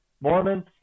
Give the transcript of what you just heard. Mormons